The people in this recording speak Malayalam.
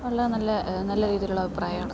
വളരെ നല്ല നല്ല രീതിയിലുള്ള അഭിപ്രായമാണ്